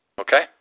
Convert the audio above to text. Okay